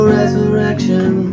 resurrection